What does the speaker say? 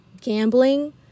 gambling